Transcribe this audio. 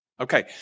Okay